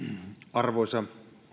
arvoisa